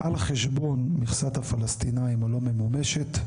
על חשבון מכסת הפלסטינאים הלא ממומשת.